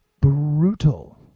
brutal